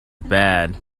bad